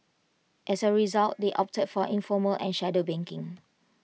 as A result they've opted for informal and shadow banking